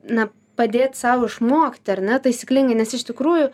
na padėt sau išmokti ar ne taisyklingai nes iš tikrųjų